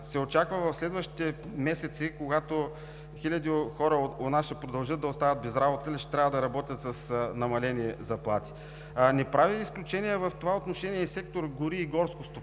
се очаква в следващите месеци, когато хиляди хора у нас ще продължат да остават без работа или ще трябва да работят с намалени заплати. Не прави изключение в това отношение и сектор „Гори и горско